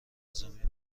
مضامین